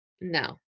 no